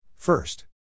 First